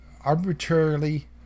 arbitrarily